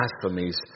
blasphemies